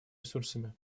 ресурсами